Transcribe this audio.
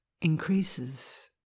increases